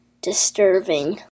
disturbing